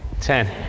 ten